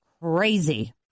crazy